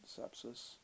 sepsis